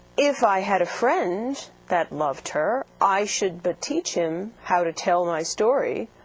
if i had a friend that loved her, i should but teach him how to tell my story,